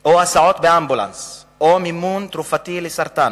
או הסעות באמבולנס או מימון תרופתי לסרטן